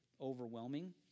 overwhelming